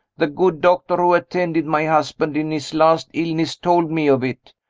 the good doctor who attended my husband in his last illness told me of it.